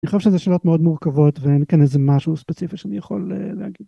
אני חושב שזה שאלות מאוד מורכבות ואין כאן איזה משהו ספציפי שאני יכול להגיד.